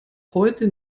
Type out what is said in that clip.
heute